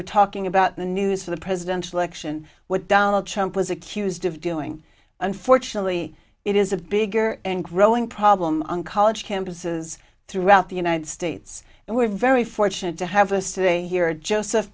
were talking about the news for the presidential election what donald trump was accused of doing unfortunately it is a bigger and growing problem on college campuses throughout the united states and we're very fortunate to have us today here joseph